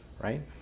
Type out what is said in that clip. right